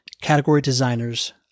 category-designers